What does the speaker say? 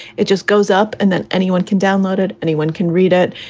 it just goes up and then anyone can download it. anyone can read it.